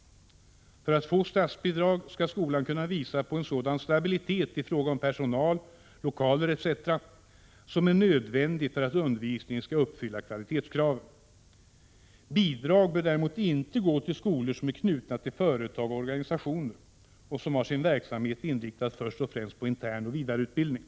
För att få statsbidrag skall skolan kunna visa på en sådan stabilitet i fråga om personal, lokaler etc. som är nödvändig för att undervisningen skall uppfylla kvalitetskraven. Bidrag bör däremot inte utgå till skolor som är knutna till företag och organisationer och som har sin verksamhet inriktad först och främst på internoch vidareutbildning.